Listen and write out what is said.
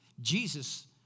Jesus